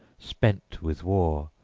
spent with war,